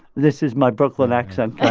this is my brooklyn accent